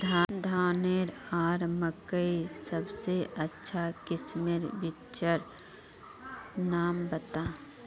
धानेर आर मकई सबसे अच्छा किस्मेर बिच्चिर नाम बता?